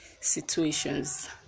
situations